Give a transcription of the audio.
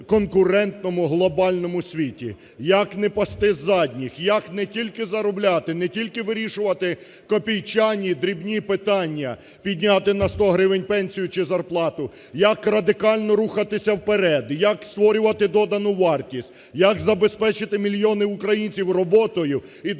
конкурентному глобальному світі? Як не пасти задніх, як не тільки заробляти, не тільки вирішувати копійчані, дрібні питання, підняти на 100 гривень пенсію чи зарплату? Як радикально рухатись вперед? Як створювати додану вартість? Як забезпечити мільйони українців роботою і достойною